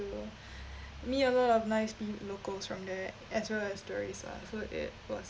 to meet a lot of nice pe~ locals from there as well as tourists lah so it was